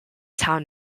town